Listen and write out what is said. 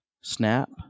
Snap